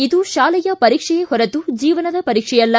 ಇದು ಶಾಲೆಯ ಪರೀಕ್ಷೆಯೇ ಹೊರತು ಜೀವನದ ಪರೀಕ್ಷೆ ಅಲ್ಲ